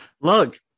Look